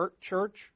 church